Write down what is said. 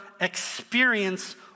experience